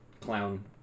clown